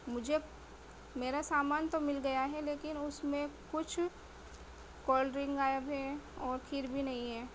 مجھے میرا سامان تو مل گیا ہے لیکن اس میں کچھ کول ڈرنگ اور کھیر بھی نہیں ہے